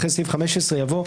אחרי סעיף 15 יבוא,